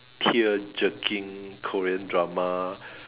tearjerking Korean drama